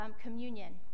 communion